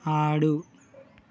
ఆడు